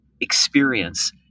experience